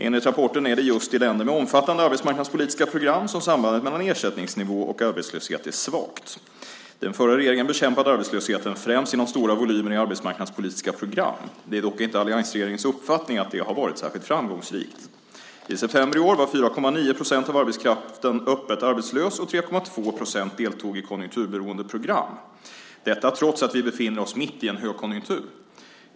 Enligt rapporten är det just i länder med omfattande arbetsmarknadspolitiska program som sambandet mellan ersättningsnivå och arbetslöshet är svagt. Den förra regeringen bekämpade arbetslösheten främst genom stora volymer i arbetsmarknadspolitiska program. Det är dock inte alliansregeringens uppfattning att det har varit särskilt framgångsrikt. I september i år var 4,9 % av arbetskraften öppet arbetslös och 3,2 % deltog i konjunkturberoende program. Detta trots att vi befinner oss mitt i en högkonjunktur.